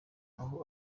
aho